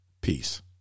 peace